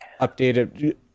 updated